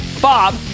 Bob